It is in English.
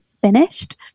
finished